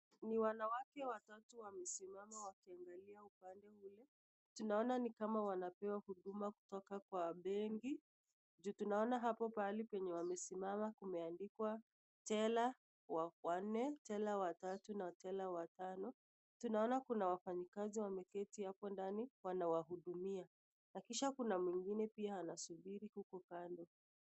Ni wanawake watatu wanasimama wakiangalia upande ule tunaona ni kama wanapewa huduma kutoka kwa bengi juu tunaona Pali penye wamesimama imeandikwa jela wa nne, jela wa tatu na jela wa tano tunaona Kuna wafanyikazi wameketi hapo ndani wanawaudumia na kisha kuna mwingine anasubiri huko kando.